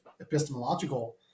epistemological